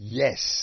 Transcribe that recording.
yes